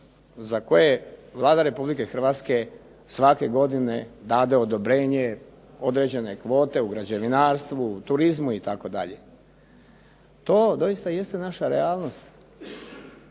za koje Vlada Republike Hrvatske svake godine da odobrenje određene kvote u građevinarstvu, turizmu itd. To doista jeste naša realnost